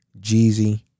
Jeezy